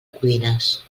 codines